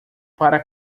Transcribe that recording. para